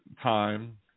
time